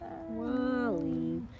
Wally